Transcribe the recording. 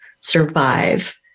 survive